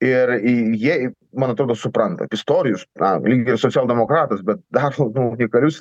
ir į jie man atrodo supranta pistorijus na lyg ir socialdemokratas bet daro unikalius